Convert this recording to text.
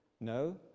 No